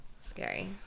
Scary